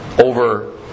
over